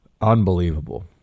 unbelievable